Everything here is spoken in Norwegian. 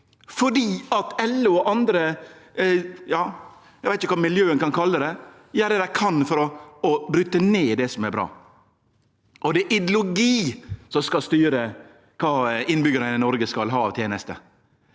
kan kalle det – gjer det dei kan for å bryte ned det som er bra, og det er ideologi som skal styre kva innbyggjarane i Noreg skal ha av tenester?